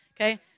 okay